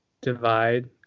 divide